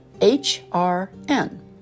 H-R-N